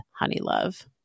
Honeylove